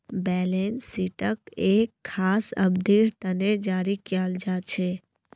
balance शीटक एक खास अवधिर तने जारी कियाल जा छे